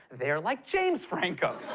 they're like james franco.